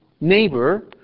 neighbor